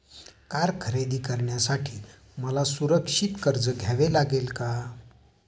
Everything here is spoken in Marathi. कार खरेदी करण्यासाठी मला सुरक्षित कर्ज घ्यावे लागेल का?